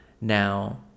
Now